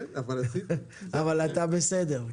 אבל אתה בסדר.